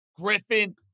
Griffin